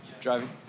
Driving